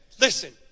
listen